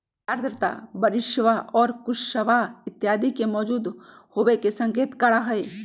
आर्द्रता बरिशवा और कुहसवा इत्यादि के मौजूद होवे के संकेत करा हई